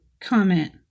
Comment